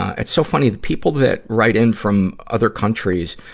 it's so funny, people that write in from other countries